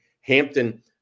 Hampton